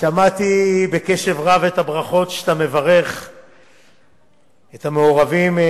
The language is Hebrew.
שמעתי בקשב רב את הברכות שאתה מברך את המעורבים,